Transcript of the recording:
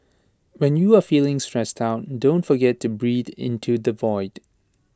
when you are feeling stressed out don't forget to breathe into the void